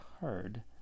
heard